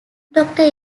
doctor